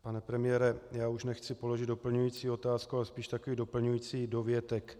Pane premiére, už nechci položit doplňující otázku, ale spíš takový doplňující dovětek.